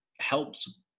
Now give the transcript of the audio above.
helps